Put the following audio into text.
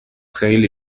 خیلی